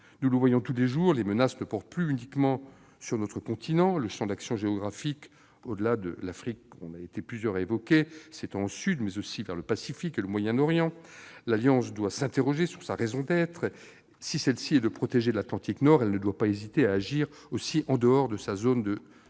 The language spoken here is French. Nous le constatons tous les jours, les menaces ne portent plus uniquement sur notre continent : le champ d'action géographique, au-delà de l'Afrique, s'étend au Sud, mais aussi vers le Pacifique et le Moyen-Orient. L'Alliance doit s'interroger sur sa raison d'être : si celle-ci est de protéger l'Atlantique Nord, elle ne doit pas, pour autant, hésiter à agir aussi en dehors de sa zone de